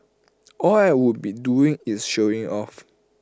all I would be doing is showing off